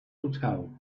hotel